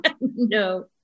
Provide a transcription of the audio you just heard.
No